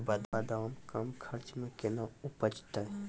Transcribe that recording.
बादाम कम खर्च मे कैना उपजते?